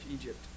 Egypt